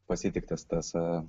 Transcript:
pasitiktas tas